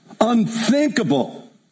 unthinkable